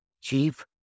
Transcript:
chief